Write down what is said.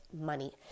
money